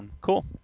Cool